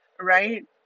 right